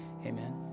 Amen